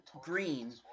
Green